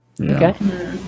Okay